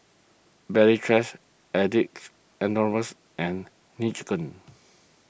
Valley Chef Addicts Anonymous and Nene Chicken